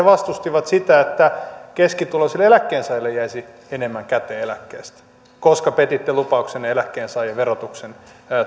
vastusti sitä että keskituloisille eläkkeensaajille jäisi enemmän käteen eläkkeestä koska se petti lupauksensa eläkkeensaajan verotuksen